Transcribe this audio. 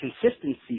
consistency